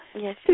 Yes